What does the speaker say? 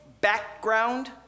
background